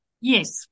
Yes